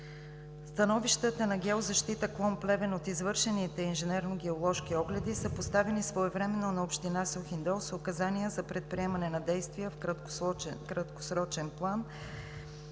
Становищата на „Геозащита“ – клон Плевен, от извършените инженерно-геоложки огледи са доставени своевременно на община Сухиндол с указания за предприемане на действия в краткосрочен план